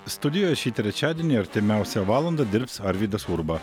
studijoje šį trečiadienį artimiausią valandą dirbs arvydas urba